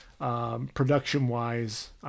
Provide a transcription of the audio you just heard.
Production-wise